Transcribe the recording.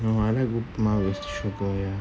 oh I like upma with sugar